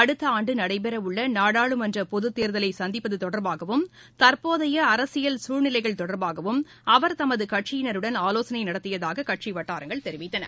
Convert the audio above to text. அடுத்த ஆண்டு நடைபெற உள்ள நாடாளுமன்ற பொதுத் தேர்தலை சந்திப்பது தொடர்பாகவும் தற்போதைய அரசியல் சூழ்நிலைகள் தொடர்பாகவும் அவர் தமது கட்சியினருடன் ஆலோசனை நடத்தியதாக கட்சி வட்டாரங்கள் தெரிவித்தன